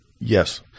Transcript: Yes